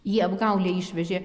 jį apgaule išvežė